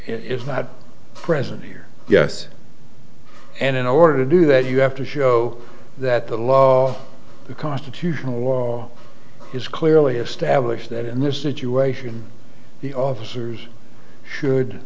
it's not present here yes and in order to do that you have to show that the law the constitutional law is clearly established that in this situation the officers should